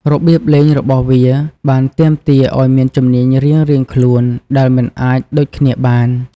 របៀបលេងរបស់វាបានទាមទារឱ្យមានជំនាញរៀងៗខ្លួនដែលមិនអាចដូចគ្នាបាន។